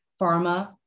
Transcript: pharma